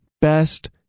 best